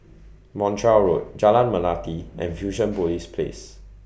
Montreal Road Jalan Melati and Fusionopolis Place